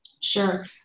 Sure